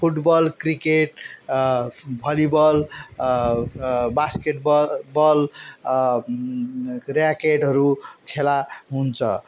football cricket volleyball basketball र्याकेटहरू खेला हुन्छ